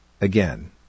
Again